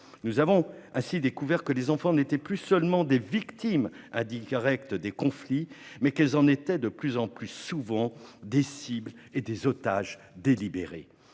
Nous avons ainsi découvert que les enfants étaient non plus seulement des victimes indirectes des conflits, mais de plus en plus souvent des cibles et des otages délibérés.